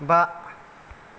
बा